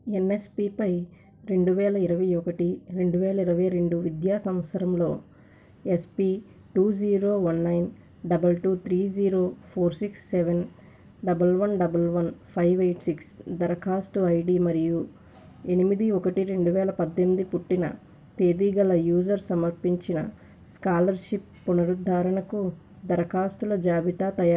ఎన్ఎస్పిపై రెండువేల ఇరవై ఒకటి రెండువేల ఇరవై రెండు విద్యా సంవత్సరంలో SP two zero one nine double two three zero four six seven double one double one five eight six దరఖాస్తు ఐడి మరియు ఎనిమిది ఒకటి రెండువేల పద్దెనిమిది పుట్టిన తేది గల యూజర్ సమర్పించిన స్కాలర్షిప్ పునరుద్ధరణకు దరఖాస్తుల జాబితా తయారుచేయగలవా